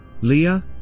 Leah